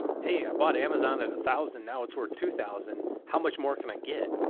hey, i bought amazon at a thousand. now it's worth two thousand. how much more can i get?